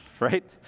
right